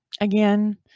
again